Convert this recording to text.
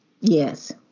Yes